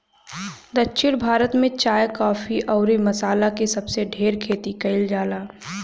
दक्षिण भारत में चाय, काफी अउरी मसाला के सबसे ढेर खेती कईल जाला